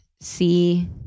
see